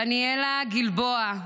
דניאלה גלבוע,